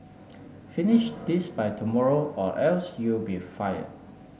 finish this by tomorrow or else you'll be fired